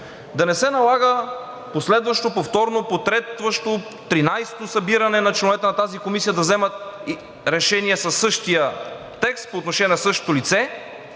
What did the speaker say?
Да не се налага последващо, повторно, потретващо, тринадесето събиране на членовете на тази комисия да вземат решение със същия текст по отношение на същото лице,